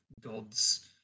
gods